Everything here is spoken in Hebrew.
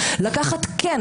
לקחת כן,